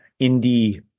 indie